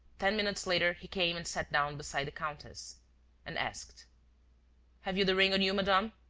ten minutes later, he came and sat down beside the countess and asked have you the ring on you, madame?